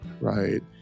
right